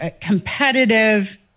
competitive